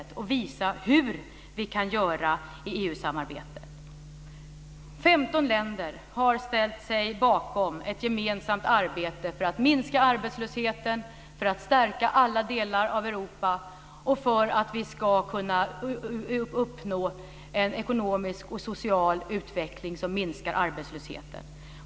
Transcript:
Vi ska alltså visa hur vi kan göra i 15 länder har ställt sig bakom ett gemensamt arbete för att minska arbetslösheten, för att stärka alla delar av Europa och för att vi ska kunna uppnå en ekonomisk och social utveckling som minskar arbetslösheten.